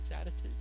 attitudes